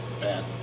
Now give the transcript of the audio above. bad